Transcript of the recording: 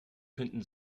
könnten